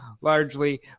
largely